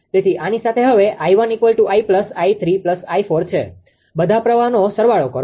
તેથી આની સાથે હવે 𝐼1 𝑖2 𝑖3 𝑖4 છે બધા પ્રવાહોનો સરવાળો કરો